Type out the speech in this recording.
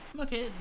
okay